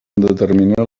determina